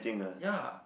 ya